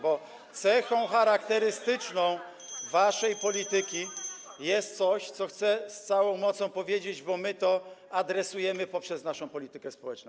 Bo cechą charakterystyczną waszej polityki jest coś, o czym chcę z całą mocą powiedzieć, bo my to adresujemy poprzez naszą politykę społeczną.